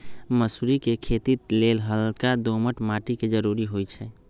मसुरी कें खेति लेल हल्का दोमट माटी के जरूरी होइ छइ